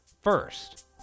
First